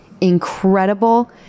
incredible